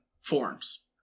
forms